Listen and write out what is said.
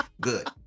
good